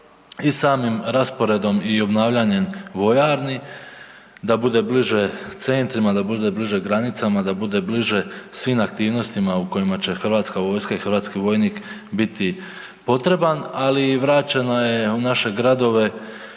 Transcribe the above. i samim rasporedom i obnavljanjem vojarni da bude bliže centrima, da bude bliže granicama, da bude bliže svim aktivnostima u kojima će Hrvatska vojska i hrvatski vojnik biti potreban, ali i vraćeno je u naše gradove